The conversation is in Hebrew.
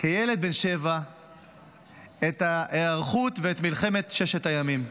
כילד בן שבע את ההיערכות ואת מלחמת ששת הימים.